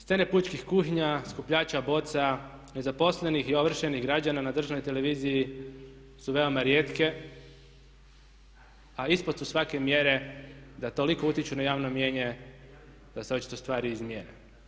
Stanje pučkim kuhinja, skupljača boca, nezaposlenih i ovršenih građana na državnoj televiziji su veoma rijetke a ispod su svake mjere da toliko utječu na javno mnijenje da se očito stvari izmjene.